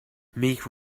make